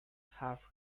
half